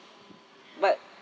but